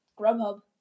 Grubhub